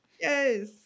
Yes